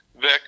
vic